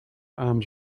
arms